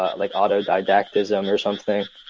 ah like autodidact-ism or something,